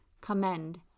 commend